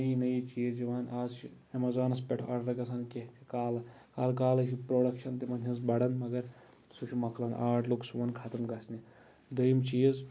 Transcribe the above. نٔیی نٔیی چیٖز یِوان آز چھُ ایمیزانس پٮ۪ٹھ آرڈر گژھان کیٚنٛہہ تہِ کالہٕ کالے چھِ پروڈکشن تِمن ہِنز بَڑان مَگر سُہ چھُ مۄکلان آرٹ لوگ سون ختم گژھنہِ دٔیِم چیٖز